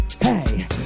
hey